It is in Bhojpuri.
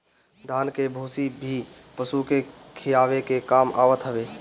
धान के भूसी भी पशु के खियावे के काम आवत हवे